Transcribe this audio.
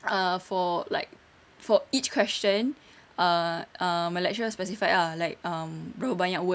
ah for like for each question err um my lecturer specified ah like um berapa banyak words